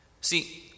See